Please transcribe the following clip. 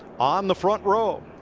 on the front row.